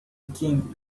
king